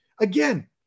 Again